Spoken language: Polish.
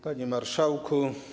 Panie Marszałku!